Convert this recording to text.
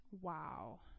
Wow